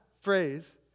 phrase